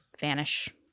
vanish